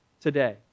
today